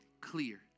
clear